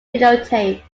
videotape